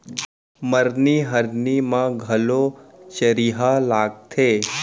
मरनी हरनी म घलौ चरिहा लागथे